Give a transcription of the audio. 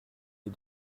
les